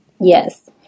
Yes